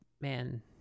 man